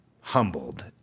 humbled